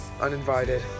uninvited